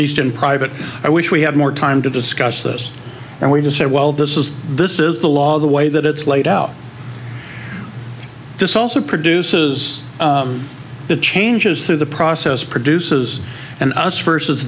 least in private i wish we had more time to discuss this and we just said well this is this is the law the way that it's laid out this also produces the changes through the process produces an us versus